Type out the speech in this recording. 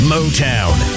Motown